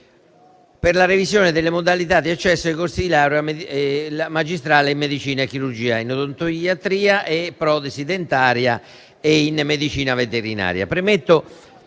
per la revisione delle modalità di accesso ai corsi di laurea magistrale in medicina e chirurgia, in odontoiatria e protesi dentaria e in medicina veterinaria.